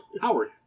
Howard